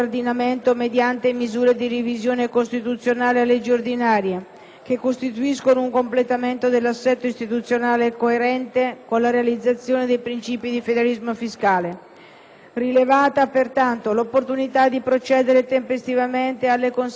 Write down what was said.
che costituiscano un completamento dell'assetto istituzionale coerente con la realizzazione dei principi di federalismo fiscale; rilevata, pertanto, l'opportunità di procedere tempestivamente nelle conseguenti misure di revisione costituzionale e di innovazione legislativa;